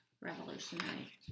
revolutionary